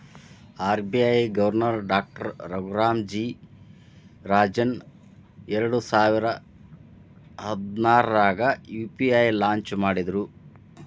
RBI governor doctor Raghuram G Rajan ಎರಡಸಾವಿರ ಹದ್ನಾರಾಗ UPI launch ಮಾಡಿದ್ರು